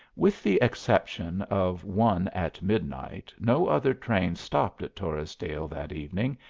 with the exception of one at midnight, no other train stopped at torresdale that evening,